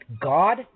God